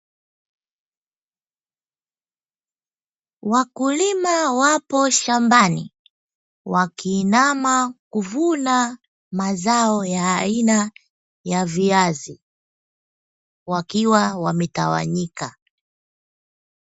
Wakulima wapo shambani, wakiinama kuvuna mazao ya aina ya viazi, wakiwa wametawanyika.